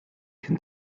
can